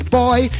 boy